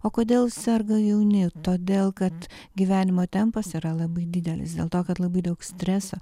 o kodėl serga jauni todėl kad gyvenimo tempas yra labai didelis dėl to kad labai daug streso